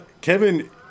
Kevin